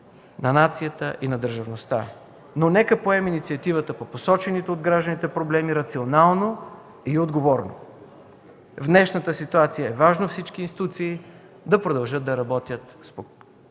на нацията и на държавността. Нека да поемем инициативата по посочените от гражданите проблеми рационално и отговорно. В днешната ситуация е важно всички институции да продължат да работят спокойно.